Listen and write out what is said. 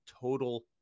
total